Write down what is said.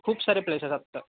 sir खूप सारे places असतात